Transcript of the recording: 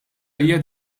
hija